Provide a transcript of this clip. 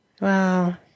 Wow